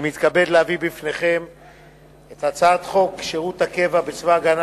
אני מתכבד להביא בפניכם את הצעת חוק שירות הקבע בצבא-הגנה